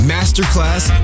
Masterclass